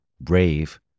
BRAVE